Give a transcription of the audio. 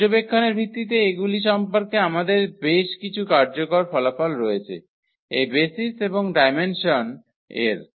পর্যবেক্ষণের ভিত্তিতে এগুলি সম্পর্কে আমাদের বেশ কিছু কার্যকর ফলাফল রয়েছে এই বেসিস এবং ডায়মেনসন এর